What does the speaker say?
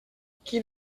qui